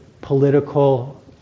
political